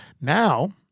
Now